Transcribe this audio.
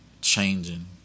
changing